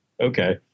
okay